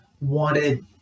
wanted